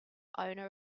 owner